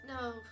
No